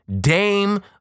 Dame